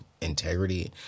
integrity